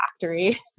factory